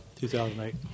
2008